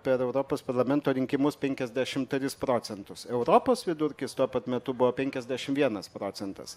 per europos parlamento rinkimus penkiasdešim tris procentus europos vidurkis tuo pat metu buvo penkiasdešim vienas procentas